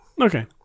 okay